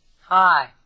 Hi